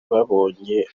babonye